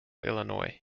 illinois